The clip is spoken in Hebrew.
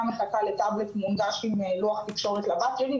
מחכה לטאבלט מונגש עם לוח תקשורת לבת שלי,